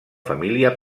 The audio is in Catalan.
família